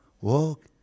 walk